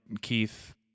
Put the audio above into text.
Keith